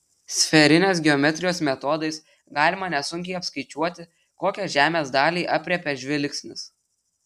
sferinės geometrijos metodais galima nesunkiai apskaičiuoti kokią žemės dalį aprėpia žvilgsnis